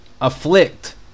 afflict